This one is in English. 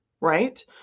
right